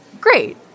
Great